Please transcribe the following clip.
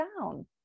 down